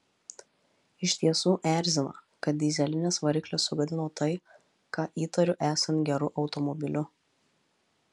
iš tiesų erzina kad dyzelinis variklis sugadino tai ką įtariu esant geru automobiliu